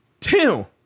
Two